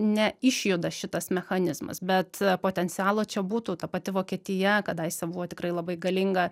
neišjuda šitas mechanizmas bet potencialo čia būtų ta pati vokietija kadaise buvo tikrai labai galinga